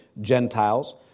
Gentiles